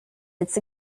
its